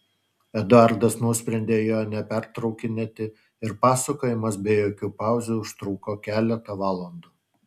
eduardas nusprendė jo nepertraukinėti ir pasakojimas be jokių pauzių užtruko keletą valandų